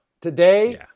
Today